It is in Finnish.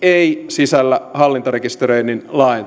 lakiehdotus ei sisällä hallintarekisteröinnin laajentamista suomessa